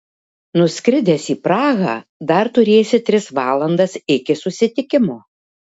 nuskridęs į prahą dar turėsi tris valandas iki susitikimo